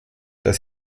das